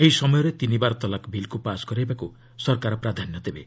ଏହି ସମୟରେ ତିନି ବାର ତଲାକ୍ ବିଲ୍କୁ ପାସ୍ କରାଇବାକୁ ସରକାର ପ୍ରାଧାନ୍ୟ ଦେବେ